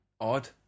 Odd